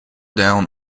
down